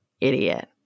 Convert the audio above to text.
idiot